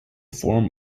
form